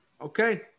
okay